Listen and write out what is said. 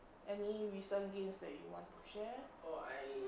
any recent games that you want to share